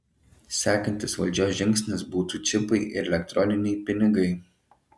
sekantis valdžios žingsnis būtų čipai ir elektroniniai pinigai